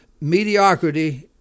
mediocrity